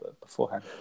beforehand